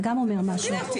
זה גם אומר משהו.